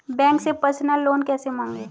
Bank से personal loan कैसे मांगें?